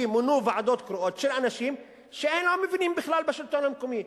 כי ממונות ועדות קרואות של אנשים שלא מבינים בכלל בשלטון המקומי.